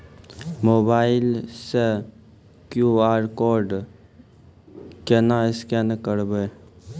Mobile से QR code केना scan करबै?